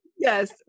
Yes